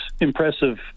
impressive